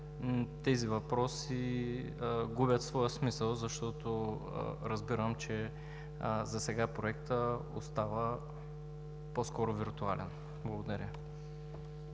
тези въпроси губят своя смисъл, защото разбирам, че засега проектът остава по-скоро виртуален. Благодаря.